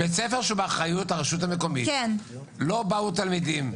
בית-ספר שבאחריות הרשות המקומית, לא באו תלמידים.